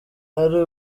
ari